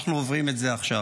אנחנו עוברים את זה עכשיו.